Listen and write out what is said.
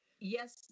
yes